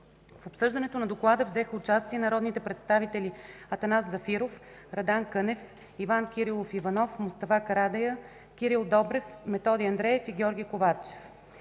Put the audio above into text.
В обсъждането на доклада взеха участие народните представители Атанас Зафиров, Радан Кънев, Иван Кирилов Иванов, Мустафа Карадайъ, Кирил Добрев, Методи Андреев и Георги Ковачев.